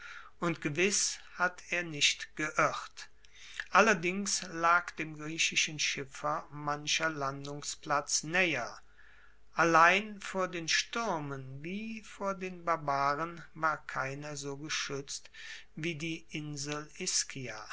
und gewiss hat er nicht geirrt allerdings lag dem griechischen schiffer mancher landungsplatz naeher allein vor den stuermen wie vor den barbaren war keiner so geschuetzt wie die insel